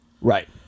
right